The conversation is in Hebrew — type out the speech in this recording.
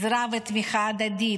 עזרה ותמיכה הדדית,